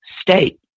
state